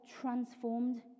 transformed